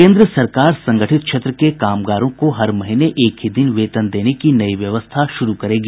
केंद्र सरकार संगठित क्षेत्र के कामगारों को हर महीने एक ही दिन वेतन देने की नई व्यवस्था शुरू करेगी